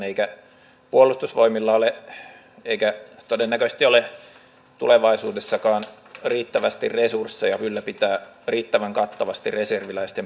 tässä ei ole kyse henkilöstä tässä ei ole kyse yksittäisen lakiesityksen sisällöstä tässä ei ole kyse puoluepolitikoinnista